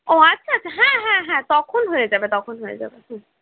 ও আচ্ছা আচ্ছা হ্যাঁ হ্যাঁ হ্যাঁ তখন হয়ে যাবে তখন হয়ে যাবে হ্যাঁ